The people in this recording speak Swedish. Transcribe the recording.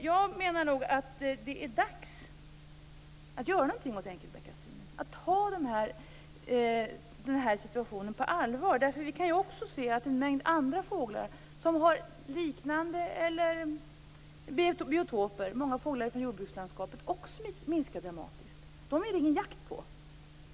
Jag menar att det är dags att göra någonting åt enkelbeckasinen, att ta den här situationen på allvar. Vi kan ju se att en mängd liknande fåglar som har liknande biotoper, många fåglar från jordbrukslandskapet, också minskar dramatiskt. Dem är det ingen jakt på.